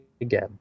again